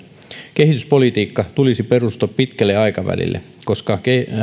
kehityspolitiikan tulisi perustua pitkälle aikavälille koska